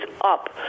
up